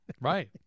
Right